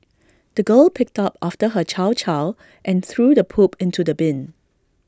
the girl picked up after her chow chow and threw the poop into the bin